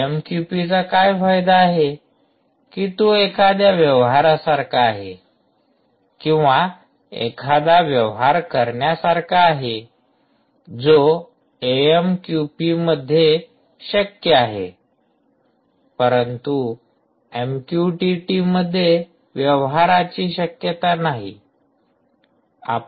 एएमक्यूपीचा काय फायदा आहे की तो एखाद्या व्यवहारा सारखा आहे किंवा एखादा व्यवहार करण्यासारखा आहे जो एएमक्यूपीमध्ये शक्य आहे परंतु एमक्यूटीटी मध्ये व्यवहाराची शक्यता नाही